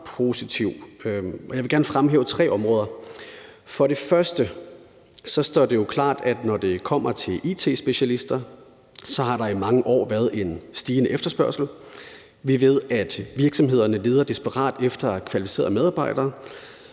jeg vil gerne fremhæve tre områder. For det første står det jo klart, at når det kommer til it-specialister, har der i mange år været en stigende efterspørgsel. Vi ved, at virksomhederne leder desperat efter kvalificerede medarbejdere.